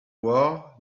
war